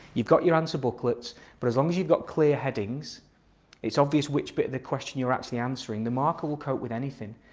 you've got your answer booklets but as long as you've got clear headings it's obvious which bit of the question you're actually answering the marker will cope with anything.